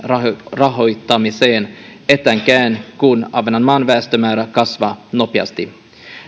rahoittamiseen etenkään kun ahvenanmaan väestömäärä kasvaa nopeasti